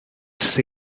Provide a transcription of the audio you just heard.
ers